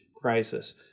crisis